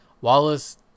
Wallace